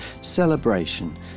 Celebration